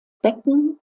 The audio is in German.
becken